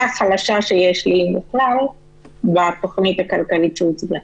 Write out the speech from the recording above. החלשה שיש לי בתוכנית הכלכלית שהוצגה.